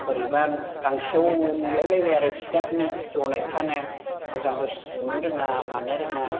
बोरैबा गांसेव नुलाय लायबाय आरो सियाखौनो जनायफ्रानो मोजांबो सुजुनो रोङा मानो रोङा